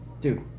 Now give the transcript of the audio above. Dude